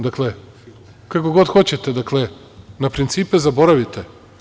Dakle, kako god hoćete, na principe zaboravite.